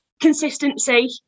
consistency